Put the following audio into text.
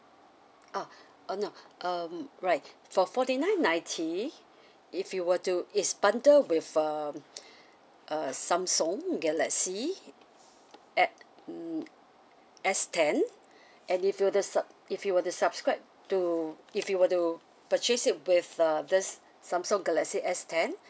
ah uh no um right for forty nine ninety if you were to is bundle with um uh samsung galaxy at mm S ten and if you were to sub~ if you were to subscribe to if you were to purchase it with uh this samsung galaxy S ten